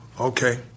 okay